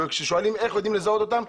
כששואלים איך יודעים לזהות אותם,